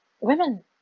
Women